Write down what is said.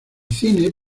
cine